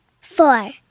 four